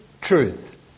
truth